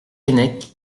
keinec